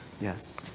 Yes